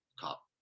Top